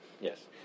Yes